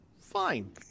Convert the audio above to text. fine